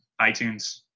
iTunes